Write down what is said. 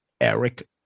Eric